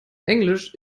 englisch